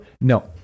no